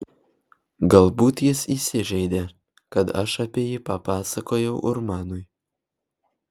galbūt jis įsižeidė kad aš apie jį papasakojau urmanui